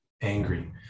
angry